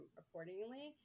accordingly